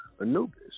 Anubis